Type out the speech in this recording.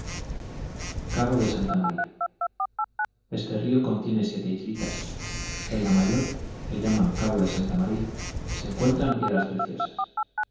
cabo de santa maría este río contiene siete islitas en la mayor que llaman cabo de santa maría se encuentran piedras preciosas